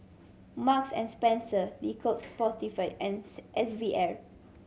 Marks and Spencer Le Coq Sportif and S V R